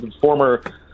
former